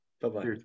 Bye-bye